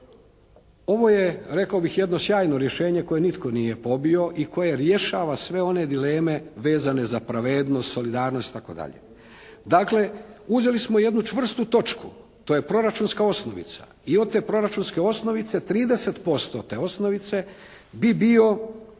ovo je rekao bih jedno sjajno rješenje koje nitko nije pobio i koje rješava sve one dileme vezane za pravednost, solidarnost itd. Dakle, uzeli smo jednu čvrstu točku. To je proračunska osnovica. I od te proračunske osnovice 30% te osnovice bi bio